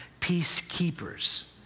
peacekeepers